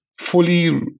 fully